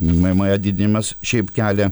mma didinimas šiaip kelia